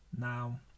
now